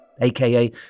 aka